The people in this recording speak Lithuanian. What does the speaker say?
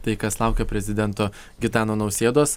tai kas laukia prezidento gitano nausėdos